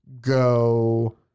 go